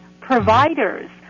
providers